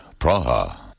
Praha